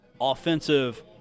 offensive